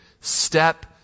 step